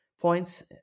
points